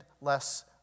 less